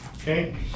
Okay